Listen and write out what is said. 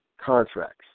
contracts